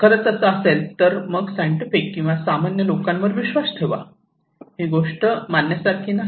खरंच असं असेल तर मग मग सायंटिस्ट किंवा सामान्य लोकांवर विश्वास ठेवा ही गोष्ट मानण्यासारखी नाही